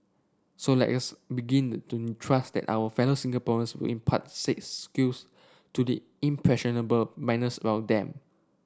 so let us begin to trust that our fellow Singaporeans will impart said skills to the impressionable minors around them